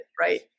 Right